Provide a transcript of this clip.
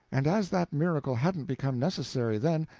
and as that miracle hadn't become necessary then,